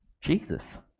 Jesus